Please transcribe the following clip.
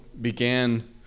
began